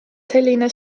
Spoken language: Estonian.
selline